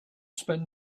spend